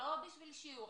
לא בשביל שיעור,